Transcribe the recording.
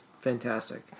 fantastic